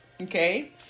okay